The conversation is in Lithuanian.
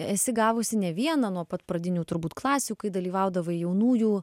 esi gavusi ne vieną nuo pat pradinių turbūt klasių kai dalyvaudavai jaunųjų